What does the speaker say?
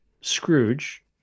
Scrooge